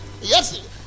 yes